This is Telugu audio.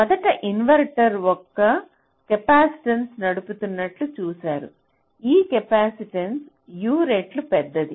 మొదటి ఇన్వర్టర్ ఒక కెపాసిటెన్స్ నడుపుతున్నట్లు చూశారు ఈ కెపాసిటెన్స్ U రెట్లు పెద్దది